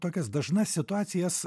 tokias dažnas situacijas